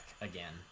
again